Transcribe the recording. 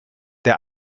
der